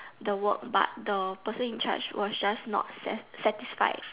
the work but the person in charge but just not sat~ satisfied